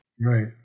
Right